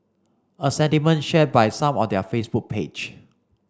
a sentiment shared by some on their Facebook page